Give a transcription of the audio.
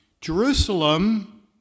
Jerusalem